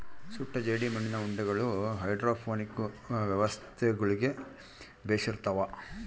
ಸುಟ್ಟ ಜೇಡಿಮಣ್ಣಿನ ಉಂಡಿಗಳು ಹೈಡ್ರೋಪೋನಿಕ್ ವ್ಯವಸ್ಥೆಗುಳ್ಗೆ ಬೆಶಿರ್ತವ